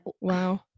wow